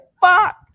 fuck